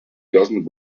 doesn’t